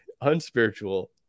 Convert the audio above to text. unspiritual